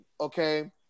okay